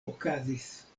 okazis